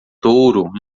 touro